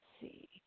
see